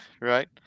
Right